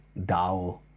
DAO